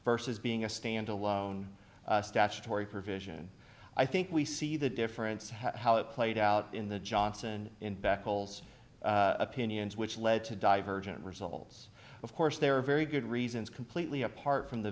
versus being a standalone statutory provision i think we see the difference how it played out in the johnson in beccles opinions which lead to divergent results of course there are very good reasons completely apart from the